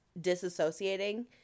disassociating